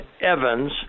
Evan's